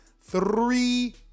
three